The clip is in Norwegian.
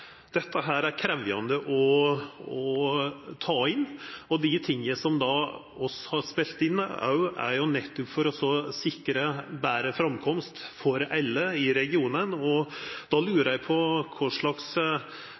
er krevjande å ta inn. Dei tinga som vi har spela inn, skal jo nettopp sikra betre framkomst for alle i regionen, og då lurar eg på kva slags